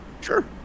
sure